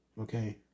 Okay